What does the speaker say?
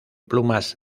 plumas